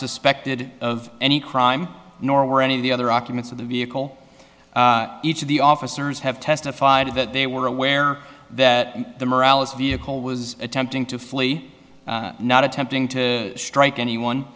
suspected of any crime nor were any of the other occupants of the vehicle each of the officers have testified that they were aware that the morale is vehicle was attempting to flee not attempting to strike anyone